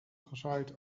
gezaaid